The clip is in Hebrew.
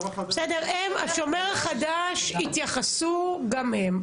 בסדר, השומר החדש יתייחסו גם הם.